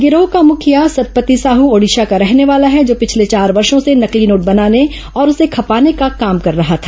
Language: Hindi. गिरोह का मुखिया सतपति साहू ओडिशा का रहने वाला है जो पिछले चार वर्षो से नकली नोट बनाने और उसे खपाने का काम कर रहा था